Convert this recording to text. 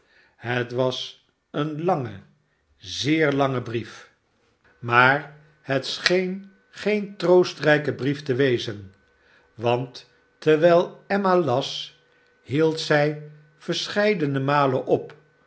het was een lange zeer lange brief maar i barnaby rudge het scheen geen troostrijke brief te wezen want terwijl emma las hield zij verscheidene malen op